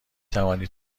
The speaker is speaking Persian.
توانید